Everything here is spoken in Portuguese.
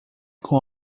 com